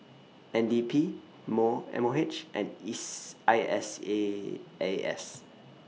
N D P More M O H and IS I S A A S